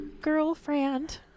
girlfriend